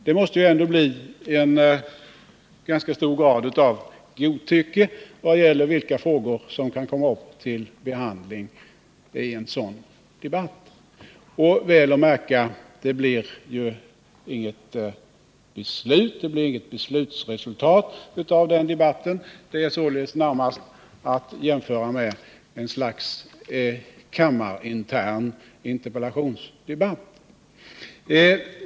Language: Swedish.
Det måste ändå i ganska hög grad bli fråga om godtycke då det gäller vilka frågor som kan komma upp till behandling i en sådan debatt. Märk väl att det inte heller blir något beslut efter den debatten. Således skulle debatten närmast kunna jämföras med något slags kammarintern interpellationsdebatt.